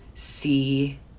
see